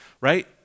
right